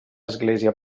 església